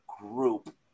group